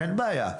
אין בעיה,